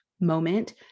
moment